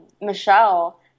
Michelle